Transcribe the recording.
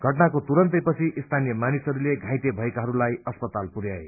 घटनाको तुरन्तै पछि स्थानिय मानिसहरूले घाइते भएकाहरूलाई अस्पताल पुर्याए